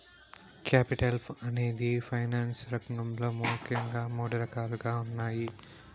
capital అనేది finance రంగంలో ముఖ్యంగా మూడు రకాలుగా ఉన్నాయి